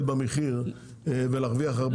במחיר ולהרוויח הרבה כסף אל מול הצרכן.